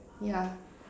yeah